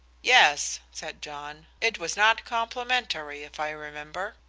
yes, said john. it was not complimentary, if i remember.